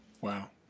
Wow